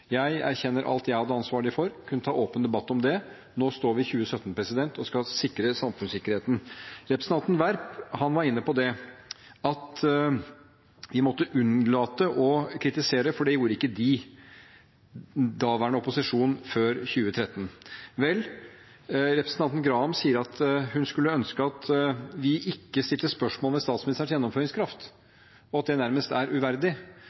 Jeg erkjenner alt jeg hadde ansvaret for, og kunne tatt en åpen debatt om det. Nå står vi i 2017 og skal sikre samfunnssikkerheten. Representanten Werp var inne på at vi måtte unnlate å kritisere, for det gjorde ikke de – daværende opposisjon før 2013. Representanten Graham sier hun skulle ønske at vi ikke stilte spørsmål ved statsministerens gjennomføringskraft, og at det nærmest er uverdig.